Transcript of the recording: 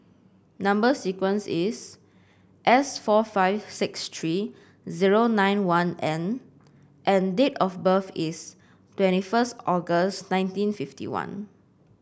number sequence is S four five six three zero nine one N and date of birth is twenty first August nineteen fifty one